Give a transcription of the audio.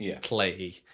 play